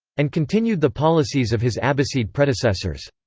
and continued the policies of his abbasid predecessors.